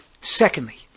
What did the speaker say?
Secondly